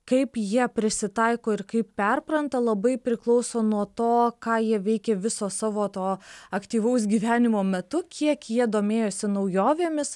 kaip jie prisitaiko ir kaip perpranta labai priklauso nuo to ką jie veikė viso savo to aktyvaus gyvenimo metu kiek jie domėjosi naujovėmis